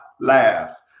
laughs